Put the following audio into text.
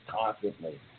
constantly